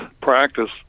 practice